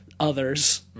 others